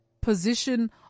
position